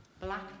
Black